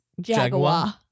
jaguar